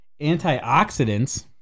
antioxidants